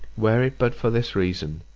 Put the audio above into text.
were it but for this reason,